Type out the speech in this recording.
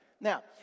now